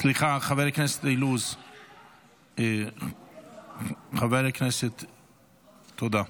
סליחה, חבר הכנסת אילוז, חבר הכנסת, תודה.